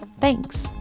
Thanks